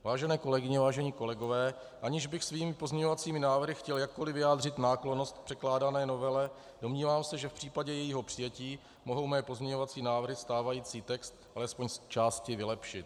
Vážené kolegyně, vážení kolegové, aniž bych svými pozměňovacími návrhy chtěl jakkoli vyjádřit náklonnost k předkládané novele, domnívám se, že v případě jejího přijetí mohou mé pozměňovací návrhy stávající text alespoň z části vylepšit.